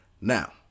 Now